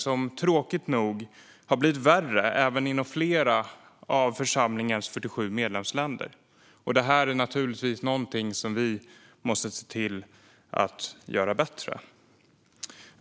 Den har tråkigt nog blivit sämre, även i flera av församlingens 47 medlemsländer. Det är någonting som vi måste se till att förbättra.